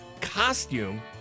costume